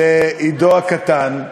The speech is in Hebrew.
לעידו הקטן,